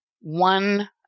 one